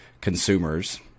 consumers